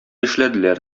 эшләделәр